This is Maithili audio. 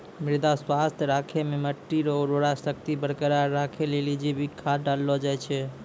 मृदा स्वास्थ्य राखै मे मट्टी रो उर्वरा शक्ति बरकरार राखै लेली जैविक खाद डाललो जाय छै